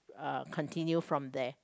uh continue from there